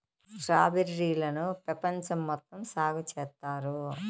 strawberry లను పెపంచం మొత్తం సాగు చేత్తారు